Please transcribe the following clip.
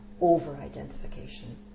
over-identification